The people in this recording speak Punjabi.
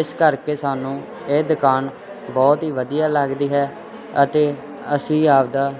ਇਸ ਕਰਕੇ ਸਾਨੂੰ ਇਹ ਦੁਕਾਨ ਬਹੁਤ ਹੀ ਵਧੀਆ ਲੱਗਦੀ ਹੈ ਅਤੇ ਅਸੀਂ ਆਪਦਾ